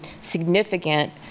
significant